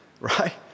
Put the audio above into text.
right